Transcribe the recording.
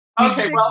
Okay